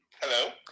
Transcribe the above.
Hello